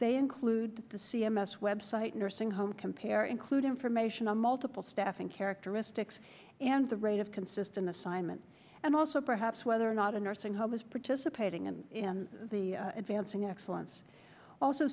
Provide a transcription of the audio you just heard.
they include the c m s website nursing home compare include information on multiple staffing characteristics and the rate of consistent assignment and also perhaps whether or not a nursing home is participating and in the advancing excellence also